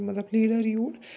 مطلب لیٖڈر یِیہِ یوٚر